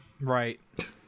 Right